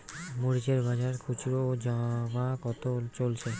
মরিচ এর বাজার খুচরো ও জমা কত চলছে?